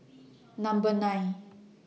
Number nine